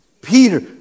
Peter